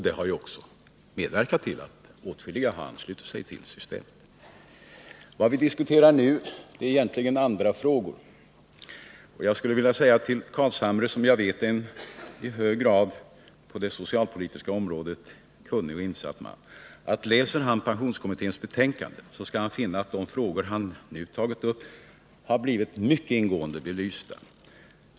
Det har ju också medverkat till att åtskilliga har anslutit sig till systemet. Vad vi diskuterar nu är egentligen andra frågor. Jag skulle vilja säga till Nils Carlshamre, som jag vet är en på det socialpolitiska området i hög grad kunnig och insatt man, att läser han pensionskommitténs betänkande, så skall han finna att de frågor han nu tagit upp har blivit mycket ingående belysta.